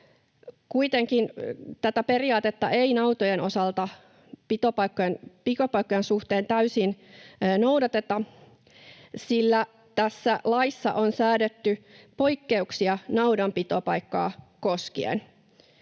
Kuitenkaan tätä periaatetta ei nautojen osalta pitopaikkojen suhteen täysin noudateta, sillä tässä laissa on säädetty poikkeuksia naudan pitopaikkaa koskien.